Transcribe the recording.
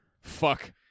Fuck